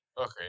Okay